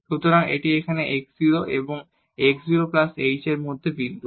সুতরাং এটি এখানে x 0 এবং x 0 প্লাস h এর মধ্যে বিন্দু